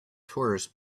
tourists